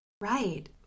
Right